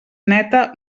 neta